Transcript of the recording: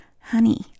honey